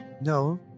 No